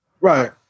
Right